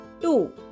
two